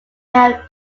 have